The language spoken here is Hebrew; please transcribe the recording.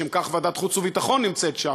כי לשם כך ועדת החוץ והביטחון נמצאת שם.